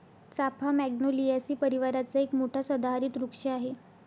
चाफा मॅग्नोलियासी परिवाराचा एक मोठा सदाहरित वृक्ष आहे